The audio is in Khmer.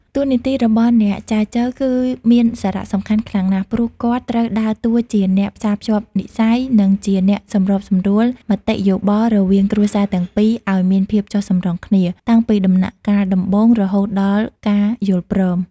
តួនាទីរបស់អ្នកចែចូវគឺមានសារៈសំខាន់ខ្លាំងណាស់ ព្រោះគាត់ត្រូវដើរតួជាអ្នកផ្សារភ្ជាប់និស្ស័យ និងជាអ្នកសម្របសម្រួលមតិយោបល់រវាងគ្រួសារទាំងពីរឱ្យមានភាពចុះសម្រុងគ្នា តាំងពីដំណាក់កាលដំបូងរហូតដល់ការយល់ព្រម។